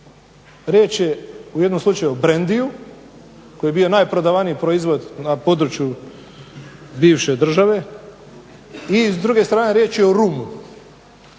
Riječ je u jednom slučaju o brandyu koji je bio najprodavaniji proizvod na području bivše države i s druge strane riječ je o rumu.